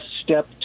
step